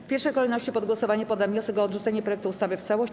W pierwszej kolejności pod głosowanie poddam wniosek o odrzucenie projektu ustawy w całości.